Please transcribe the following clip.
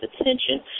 attention